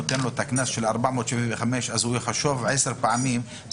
קנס של 475 שקל יחשוב עשר פעמים לפני זה.